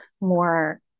more